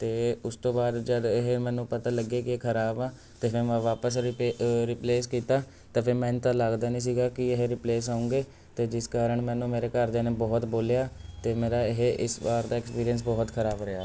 ਅਤੇ ਉਸ ਤੋਂ ਬਾਅਦ ਜਦੋਂ ਇਹ ਮੈਨੂੰ ਪਤਾ ਲੱਗੇ ਕਿ ਇਹ ਖਰਾਬ ਆ ਅਤੇ ਫਿਰ ਮੈਂ ਵਾਪਸ ਰਿਪੇ ਰਿਪਲੇਸ ਕੀਤਾ ਤਾਂ ਫਿਰ ਮੈਨੂੰ ਤਾਂ ਲੱਗਦਾ ਨਹੀਂ ਸੀਗਾ ਕਿ ਇਹ ਰਿਪਲੇਸ ਹੋਉਂਗੇ ਅਤੇ ਜਿਸ ਕਾਰਨ ਮੈਨੂੰ ਮੇਰੇ ਘਰਦਿਆਂ ਨੇ ਬਹੁਤ ਬੋਲਿਆ ਅਤੇ ਮੇਰਾ ਇਹ ਇਸ ਵਾਰ ਦਾ ਐਕਸਪੀਰੀਅੰਸ ਬਹੁਤ ਖ਼ਰਾਬ ਰਿਹਾ